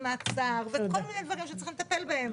מעצר וכל מיני דברים שצריכים לטפל בהם.